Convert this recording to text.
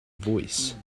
voice